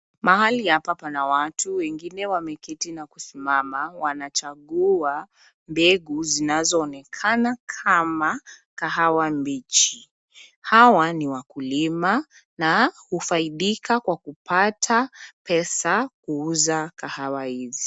Mahali hapa pana watu, wengine wameketi na kusimama, wanachagua mbegu zinazoonekana kama kahawa mbichi. Hawa ni wakulima na hufaidika kwa kupata pesa kuuza kahawa hizi.